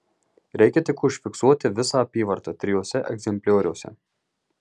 reikia tik užfiksuoti visą apyvartą trijuose egzemplioriuose